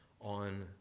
on